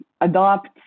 adopt